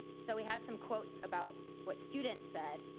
so we have some quotes about what students said.